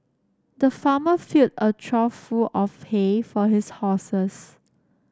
the farmer filled a trough full of hay for his horses